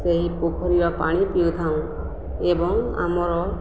ସେହି ପୋଖରୀର ପାଣି ପିଉଥାଉଁ ଏବଂ ଆମର